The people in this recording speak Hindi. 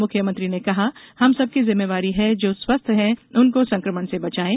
मुख्यमंत्री ने कहा हम सबकी जिम्मेदारी है कि जो स्वस्थ हैं उनको संक्रमण से बचाएँ